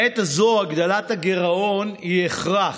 בעת הזאת הגדלת הגירעון היא הכרח,